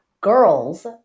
girls